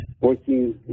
working